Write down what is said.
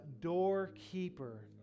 doorkeeper